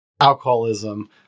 Alcoholism